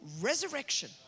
resurrection